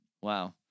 Wow